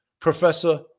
professor